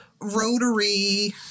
rotary